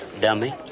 dummy